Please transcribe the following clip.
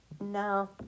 No